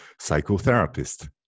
psychotherapist